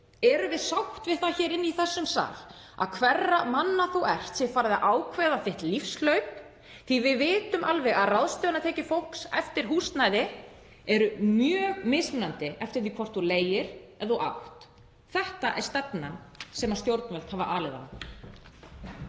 Erum við sátt við það hér í þessum sal að það hverra manna þú ert sé farið að ákveða þitt lífshlaup? Við vitum alveg að ráðstöfunartekjur fólks eftir húsnæði eru mjög mismunandi, eftir því hvort þú leigir eða átt. Þetta er stefnan sem stjórnvöld hafa alið á.